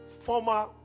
former